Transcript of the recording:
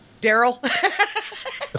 Daryl